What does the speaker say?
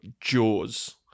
Jaws